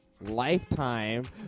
Lifetime